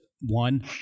one